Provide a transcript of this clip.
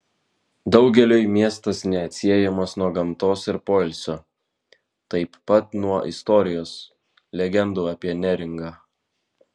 daugeliui miestas neatsiejamas nuo gamtos ir poilsio taip pat nuo istorijos legendų apie neringą